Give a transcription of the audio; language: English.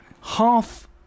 half